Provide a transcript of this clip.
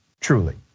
truly